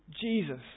Jesus